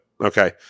Okay